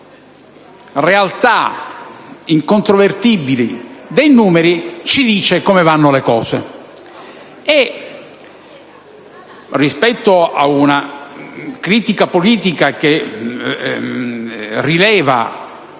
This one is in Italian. realtà incontrovertibile dei numeri, come vanno le cose. Rispetto ad una critica politica che rileva